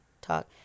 talk